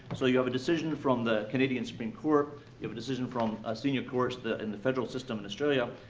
so you have a decision from the canadian supreme court. you have a decision from ah senior courts in and the federal system in australia,